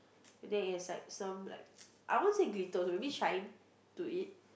and then it has like some like I won't say glitter also maybe shine to it